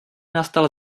nastal